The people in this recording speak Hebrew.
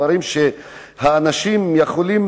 ודברים שהאנשים יכולים